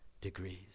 degrees